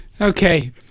Okay